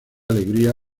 alegría